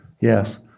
Yes